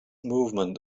movement